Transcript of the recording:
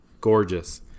gorgeous